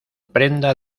prenda